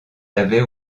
l’avait